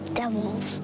devils